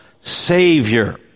savior